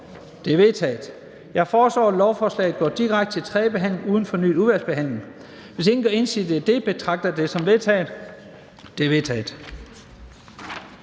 er forkastet. Jeg foreslår, at lovforslaget går direkte til tredje behandling uden fornyet udvalgsbehandling. Hvis ingen gør indsigelse, betragter jeg det som vedtaget. Det er vedtaget.